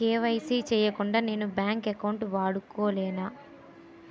KYC చేయకుండా నేను bank account వాడుకొలేన?